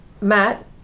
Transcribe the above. Matt